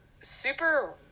super